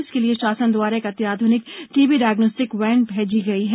इसके लिए शासन द्वारा एक अत्यीधुनिक टीबी डायग्रोस्टिक वेन भेजी गई है